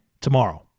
tomorrow